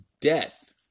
death